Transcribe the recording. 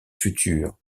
futur